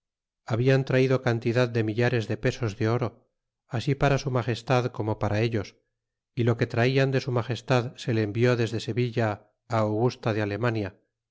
hablan traido cantidad de millares de pesos de oro así para su magestad corno para ellos y lo que traían de su magestad se le envió desde sevilla augusta de alemania